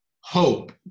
hope